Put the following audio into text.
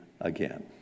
again